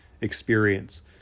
experience